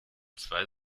zwei